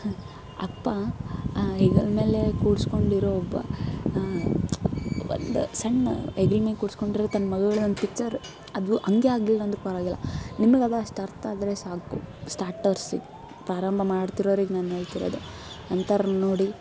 ಅಪ್ಪ ಹೆಗಲ್ಮೇಲೆ ಕೂರಿಸ್ಕೊಂಡಿರೋ ಒಬ್ಬ ಒಂದು ಸಣ್ಣ ಹೆಗಲ್ಮೇಲೆ ಕೂರಿಸ್ಕೊಂಡಿರೋ ತನ್ನ ಮಗಳನ್ನ ಪಿಚ್ಚರ್ ಅದು ಹಂಗೆ ಆಗಲಿಲ್ಲ ಅಂದರೂ ಪರವಾಗಿಲ್ಲ ನಿಮಗೆ ಅದಷ್ಟು ಅರ್ಥ ಆದರೆ ಸಾಕು ಸ್ಟಾರ್ಟರ್ಸಿಗೆ ಪ್ರಾರಂಭ ಮಾಡ್ತಿರೋರಿಗೆ ನಾನು ಹೇಳ್ತಿರೋದು ಅಂಥವ್ರು ನೋಡಿ